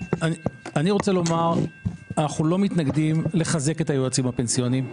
אני רוצה לומר שאנחנו לא מתנגדים לחזק את היועצים הפנסיוניים.